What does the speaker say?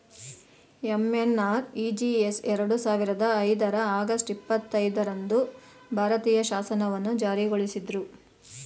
MNREGS ಎರಡು ಸಾವಿರದ ಐದರ ಆಗಸ್ಟ್ ಇಪ್ಪತ್ತೈದು ರಂದು ಭಾರತೀಯ ಶಾಸನವನ್ನು ಜಾರಿಗೊಳಿಸಿದ್ರು